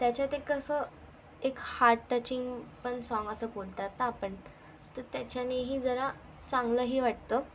त्याच्यात एक कसं एक हार्ट टचिंग पण साँग असं बोलतात ना आपण तर त्याच्यानेही जरा चांगलंही वाटतं